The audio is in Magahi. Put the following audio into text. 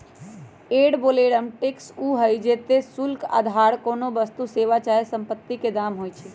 एड वैलोरम टैक्स उ हइ जेते शुल्क अधार कोनो वस्तु, सेवा चाहे सम्पति के दाम होइ छइ